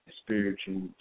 spiritual